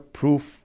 proof